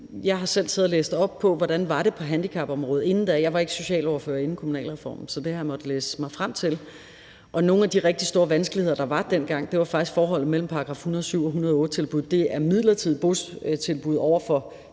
Jeg har selv siddet og læst op på, hvordan det var på handicapområdet, inden kommunalreformen blev lavet. Jeg var ikke socialordfører inden kommunalreformen, så det har jeg måttet læse mig frem til, og nogle af de rigtig store vanskeligheder, der var dengang, var faktisk forholdet mellem § 107- og § 108-tilbud. Det er midlertidige botilbud over for